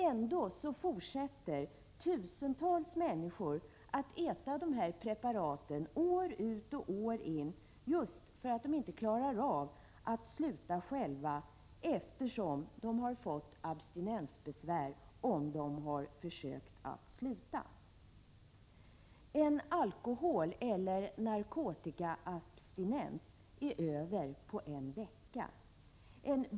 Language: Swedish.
Ändå fortsätter tusentals människor att äta dessa preparat år ut och år in just för att de inte klarar att sluta själva, eftersom de får abstinensbesvär av läkemedlen. En alkoholeller narkotikaabstinens är över på en vecka.